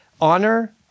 honor